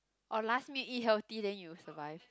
or last meat eat healthy then you'll survive